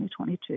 2022